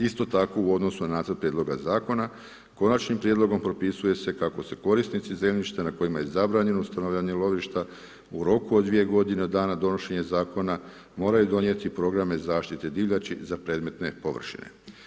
Isto tako u odnosu na nacrt prijedlog zakona, konačnim prijedlogom propisuje se kako se korisnici zemljišta na kojima je zabranjeno … lovišta, u roku od … godine dana donošenje Zakona moraju donijeti programe zaštite divljači za predmetne površine.